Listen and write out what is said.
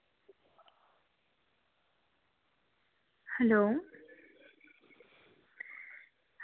hello